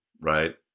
right